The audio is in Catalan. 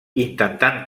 intentant